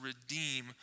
redeem